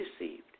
deceived